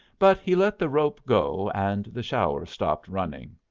but he let the rope go, and the shower stopped running.